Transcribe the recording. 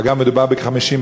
אגב, מדובר בכ-50%.